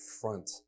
front